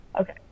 Okay